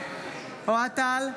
אוהד טל,